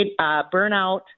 burnout